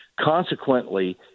consequently